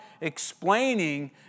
explaining